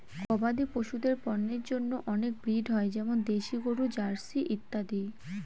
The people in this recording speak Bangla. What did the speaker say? গবাদি পশুদের পন্যের জন্য অনেক ব্রিড হয় যেমন দেশি গরু, জার্সি ইত্যাদি